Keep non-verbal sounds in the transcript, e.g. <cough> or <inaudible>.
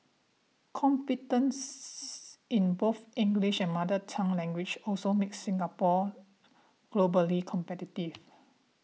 competence <unintelligible> in both English and mother tongue languages also makes Singapore globally competitive